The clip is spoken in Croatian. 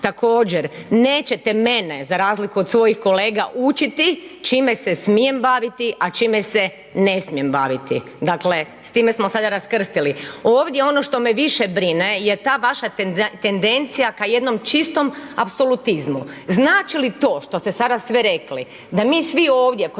Također, nećete mene za razliku od svojih kolega učiti čime se smijem baviti, a čime se ne smijem baviti. Dakle s time smo sada raskrstili. Ovdje ono što me više brine je ta vaša tendencija ka jednom čistom apsolutizmu. Znači li to što ste sada sve rekli da mi svi ovdje